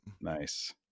Nice